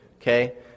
okay